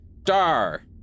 Star